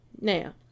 Now